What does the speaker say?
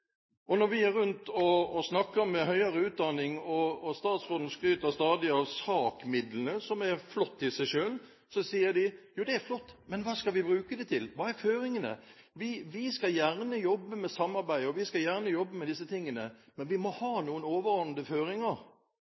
Når vi drar rundt og snakker med institusjoner for høyere utdanning – og statsråden skryter stadig av SAK-midlene, som er flott i selv – så sier de: Jo, det er flott, men hva skal vi bruke det til? Hva er føringene? Vi skal gjerne jobbe med samarbeid, vi skal gjerne jobbe med disse tingene, men vi må ha noen overordnede føringer.